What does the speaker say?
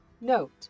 Note